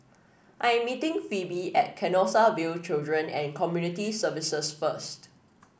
I am meeting Pheobe at Canossaville Children and Community Services first